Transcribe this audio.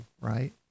right